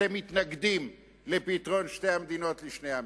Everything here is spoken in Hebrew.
אתם מתנגדים לפתרון שתי מדינות לשני עמים,